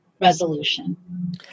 resolution